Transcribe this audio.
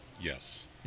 yes